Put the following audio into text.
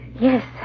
Yes